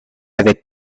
avec